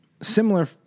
similar